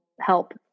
help